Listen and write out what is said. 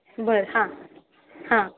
बरं हां हां